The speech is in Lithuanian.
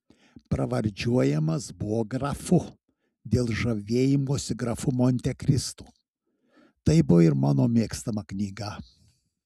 pravardžiuojamas buvo grafu dėl žavėjimosi grafu montekristu tai buvo ir mano mėgstama knyga